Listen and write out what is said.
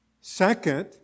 Second